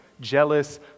Jealous